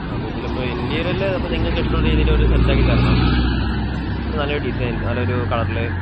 ആ മുമ്പിലിപ്പോൾ ഇൻ്റീരിയല് അപ്പോൾ നിങ്ങൾക്കിഷ്ടമുള്ള രീതിയിലൊരു സെറ്റാക്കിത്തരണം ഒരു നല്ല ഡിസൈനിൽ നല്ലൊരു കളറിൽ